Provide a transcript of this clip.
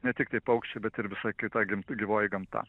ne tiktai paukščiai bet ir visa kita gyvoji gamta